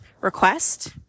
request